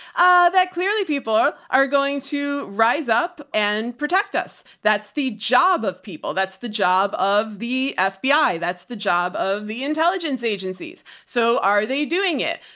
ah, that clearly people are going to rise up and protect us. that's the job of people. that's the job of the ah fbi. that's the job of the intelligence agencies. so are they doing it?